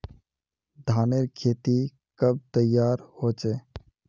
धानेर खेती कब तैयार होचे?